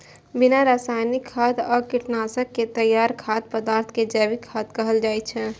बिना रासायनिक खाद आ कीटनाशक के तैयार खाद्य पदार्थ कें जैविक खाद्य कहल जाइ छै